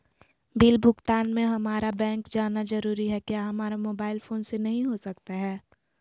Bill भुगतान में हम्मारा बैंक जाना जरूर है क्या हमारा मोबाइल फोन से नहीं हो सकता है?